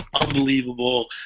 unbelievable